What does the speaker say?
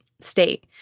state